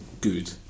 good